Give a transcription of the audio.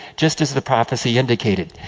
just as the prophecy indicated.